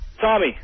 Tommy